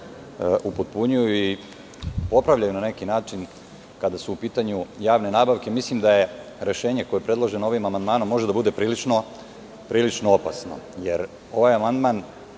upotpunjuju i popravljaju na neki način, kada su u pitanju javne nabavke, mislim da rešenje koje je predloženo ovim amandmanom može da bude prilično opasno, jer ovaj amandman